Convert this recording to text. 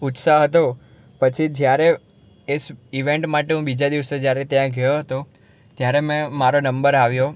ઉત્સાહ હતો પછી જ્યારે એસ ઈવેન્ટ માટે હું બીજા દિવસે જ્યારે ત્યાં ગયો હતો ત્યારે મેં મારો નંબર આવ્યો